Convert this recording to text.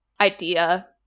idea